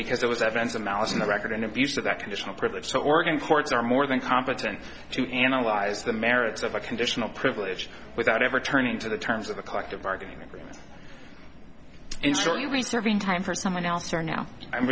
because there was evidence of malice in the record an abuse of that conditional privilege so organ ports are more than competent to analyze the merits of a conditional privilege without ever turning to the terms of the collective bargaining agreement in story reserving time for someone else or now i'm